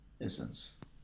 essence